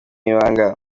ibanga